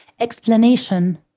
explanation